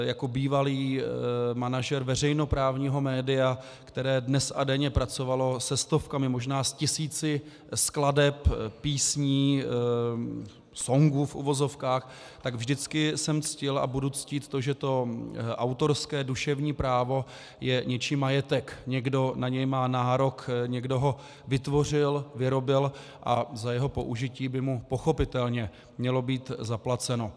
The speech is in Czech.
Jako bývalý manažer veřejnoprávního média, které dnes a denně pracovalo se stovkami, možná s tisíci skladeb, písní, songů v uvozovkách, tak vždycky jsem ctil a budu ctít to, že autorské duševní právo je něčí majetek, někdo na něj má nárok, někdo ho vytvořil, vyrobil a za jeho použití by mu pochopitelně mělo být zaplaceno.